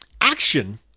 action